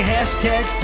Hashtag